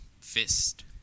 fist